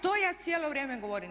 To ja cijelo vrijeme govorim.